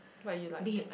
why you like that